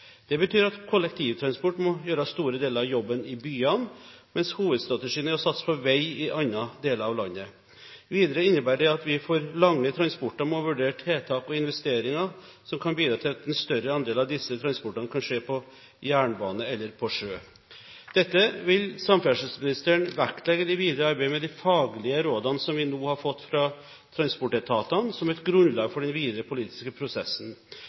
Det betyr at kollektivtransport må gjøre store deler av jobben i byene, mens hovedstrategien er å satse på vei i andre deler av landet. Videre innebærer det at vi for lange transporter må vurdere tiltak og investeringer som kan bidra til at en større andel av disse transportene kan skje på jernbane eller på sjø. Dette vil samferdselsministeren vektlegge i det videre arbeidet med de faglige råd vi nå har fått fra transportetatene, som et grunnlag for den videre politiske prosessen.